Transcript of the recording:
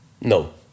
No